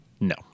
No